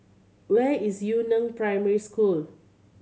where is Yu Neng Primary School